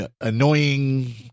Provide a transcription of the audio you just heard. annoying